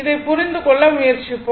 இதை புரிந்து கொள்ள முயற்சிப்போம்